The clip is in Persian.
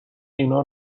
اینا